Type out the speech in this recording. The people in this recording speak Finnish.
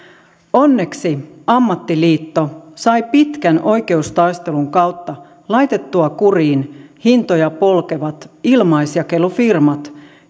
onneksi ammattiliitto sai pitkän oikeustaistelun kautta laitettua kuriin hintoja polkevat ilmaisjakelufirmat